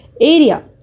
area